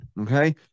Okay